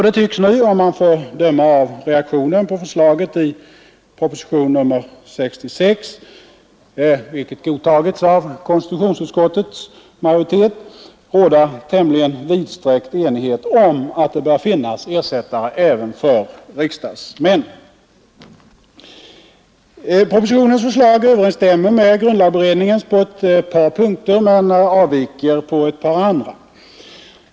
Det tycks nu, om man får döma av reaktionen på förslaget i propositionen 66, vilket godtagits av konstitutionsutskottets majoritet, råda tämligen vidsträckt enighet om att det bör finnas ersättare även för riksdagsmän. Propositionens förslag överensstämmer med grundlagberedningens på ett par punkter men avviker på ett par andra.